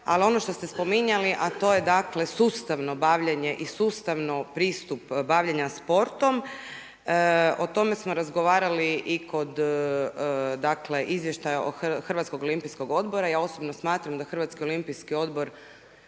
Ali ono što ste spominjali, a to je dakle sustavno bavljenje i sustavno pristup bavljenja sportom. O tome smo razgovarali i kod, dakle Izvještaja Hrvatskog olimpijskog odbora. I ja osobno smatram da Hrvatski olimpijski odbor